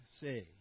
say